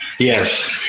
Yes